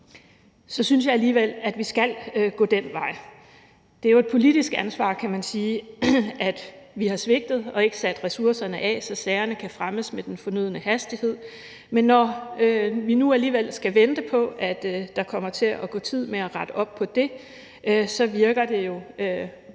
så synes jeg alligevel, at vi skal gå den vej. Det er et politisk ansvar, kan man sige, at vi har svigtet og ikke sat ressourcerne af, så sagerne kan fremmes med den fornødne hastighed, men når vi nu alligevel skal vente på, at der kommer til at gå tid med at rette op på det, så virker det jo